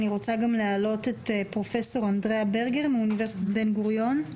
אני רוצה להעלות את פרופ' אנדראה ברגר מאוניברסיטת בן גוריון.